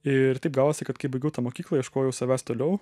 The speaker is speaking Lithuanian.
ir taip gavosi kad kai baigiau tą mokyklą ieškojau savęs toliau